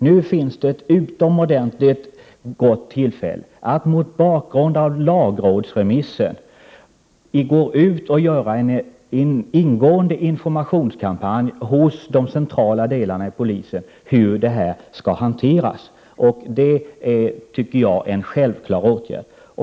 Nu finns ett utomordentligt gott tillfälle att mot bakgrund av lagrådsremissen gå ut och göra en ingående informationskampanj hos de centrala delarna av polisen om hur detta skall hanteras. Det tycker jag är en självklar åtgärd.